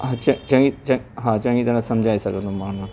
अछा चङी हा चङी तरह सम्झाए सघंदुमि मां उन खे